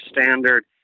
standard